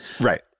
Right